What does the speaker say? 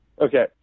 Okay